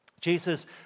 Jesus